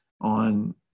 on